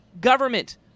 government